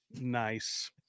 Nice